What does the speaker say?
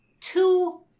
two